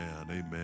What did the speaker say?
Amen